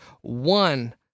one